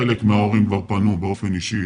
חלק מההורים כבר פנו באופן אישי